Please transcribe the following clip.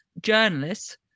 journalists